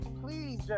Please